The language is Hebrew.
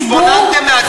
התבוננתם מהצד.